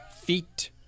feet